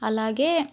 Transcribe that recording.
అలాగే